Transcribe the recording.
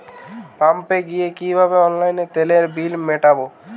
পাম্পে গিয়ে কিভাবে অনলাইনে তেলের বিল মিটাব?